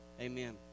Amen